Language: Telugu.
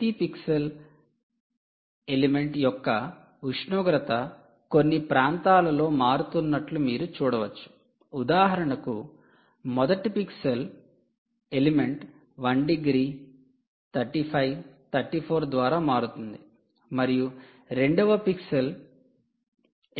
ప్రతి పిక్సెల్ ఎలిమెంట్ యొక్క ఉష్ణోగ్రత కొన్ని ప్రాంతాలలో మారుతున్నట్లు మీరు చూడవచ్చు ఉదాహరణకు మొదటి పిక్సెల్ ఎలిమెంట్ 1 డిగ్రీ 35 34 ద్వారా మారుతోంది మరియు రెండవ పిక్సెల్